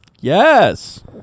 Yes